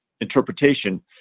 interpretation